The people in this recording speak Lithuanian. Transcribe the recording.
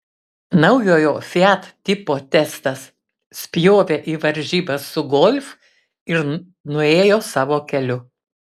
naujojo fiat tipo testas spjovė į varžybas su golf ir nuėjo savo keliu